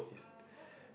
is